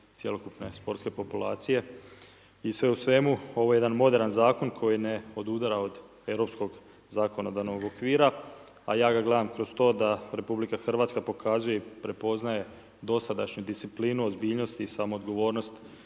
cjelokupne sportske populacije i sve u svemu ovo je jedan moderan zakon koji ne odudara od europskog zakonodavnog okvira, a ja ga gledam kroz to da Republika Hrvatska pokazuje i prepoznaje dosadašnju disciplinu ozbiljnosti i samoodgovornost